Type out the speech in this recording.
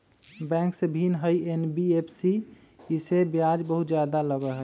Bank से भिन्न हई एन.बी.एफ.सी इमे ब्याज बहुत ज्यादा लगहई?